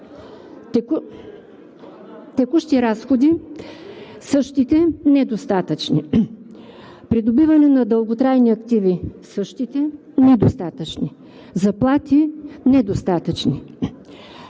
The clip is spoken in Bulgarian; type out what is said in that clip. Текущи разходи – същите, недостатъчни, придобиване на дълготрайни активи – същите, недостатъчни, заплати – недостатъчни.